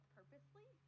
purposely